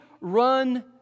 run